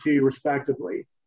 respectively